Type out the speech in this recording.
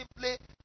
simply